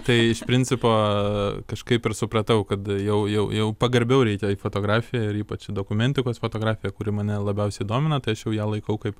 tai iš principo aa kažkaip ir supratau kad jau jau pagarbiau reikia į fotografiją ir ypač dokumentikos fotografiją kuri mane labiausiai domina tai aš jau ją laikau kaip